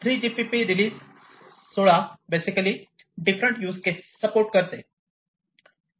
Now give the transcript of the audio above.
3 GPP release 16 basically different use case support करते